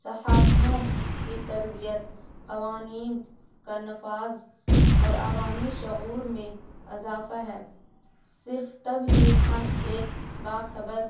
صحافیوں کی تربیت قوانین کانفاذ اور عوامی شعور میں اضافہ ہے صرف تب ہی ہم ایک باخبر